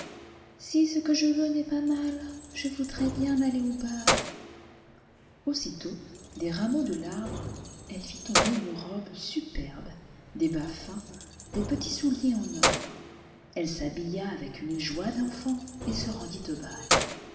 si ce que je veux n'est pas mal je voudrais bien aller au bal aussitôt des rameaux de l'arbre elle vit tomber une robe superbe des bas tins des petits souliers en or elle s'habilla avec une joie d'enfant et se rendit au bal